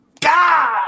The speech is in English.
God